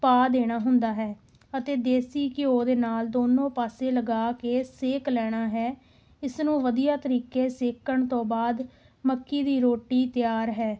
ਪਾ ਦੇਣਾ ਹੁੰਦਾ ਹੈ ਅਤੇ ਦੇਸੀ ਘਿਓ ਦੇ ਨਾਲ ਦੋਨੋਂ ਪਾਸੇ ਲਗਾ ਕੇ ਸੇਕ ਲੈਣਾ ਹੈ ਇਸ ਨੂੰ ਵਧੀਆ ਤਰੀਕੇ ਸੇਕਣ ਤੋਂ ਬਾਅਦ ਮੱਕੀ ਦੀ ਰੋਟੀ ਤਿਆਰ ਹੈ